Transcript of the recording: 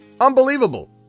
unbelievable